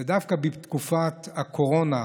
ודווקא בתקופת הקורונה,